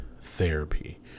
therapy